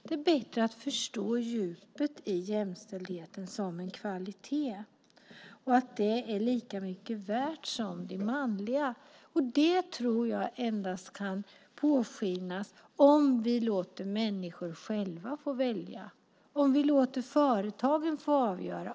Det är bättre att förstå djupet i jämställdheten som en kvalitet och att det är lika mycket värt som det manliga. Det tror jag endast kan påskyndas om vi låter människor själva få välja och om vi låter företagen få avgöra.